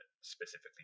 specifically